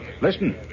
Listen